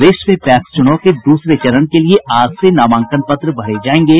प्रदेश में पैक्स चूनाव के दूसरे चरण के लिए आज से नामांकन पत्र भरे जायेंगे